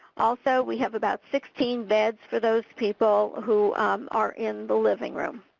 also, we have about sixteen beds for those people who are in the living room.